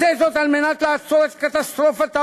עשה זאת על מנת לעצור את קטסטרופת העוני,